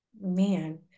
man